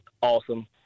awesome